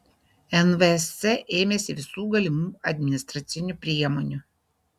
nvsc ėmėsi visų galimų administracinių priemonių